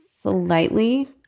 slightly